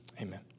amen